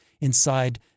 inside